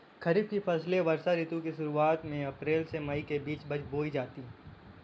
खरीफ की फसलें वर्षा ऋतु की शुरुआत में अप्रैल से मई के बीच बोई जाती हैं